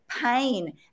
pain